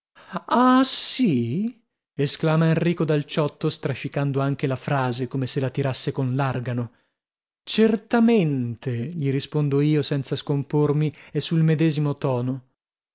ah sì esclama enrico dal ciotto strascicando anche la frase come se la tirasse con l'argano certamente gli rispondo io senza scompormi e sul medesimo tono